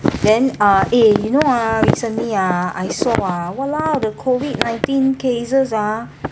then uh eh you know ah recently ah I saw ah !walao! the COVID nineteen cases ah